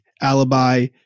alibi